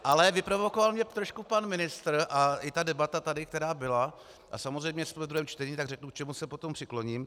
Ale vyprovokoval mě trošku pan ministr a i ta debata tady, která byla, a samozřejmě jsme ve druhém čtení, tak řeknu, k čemu se potom přikloním.